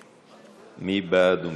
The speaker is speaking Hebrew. מי בעד?